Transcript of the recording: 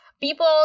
People